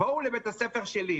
בואו לבית הספר שלי,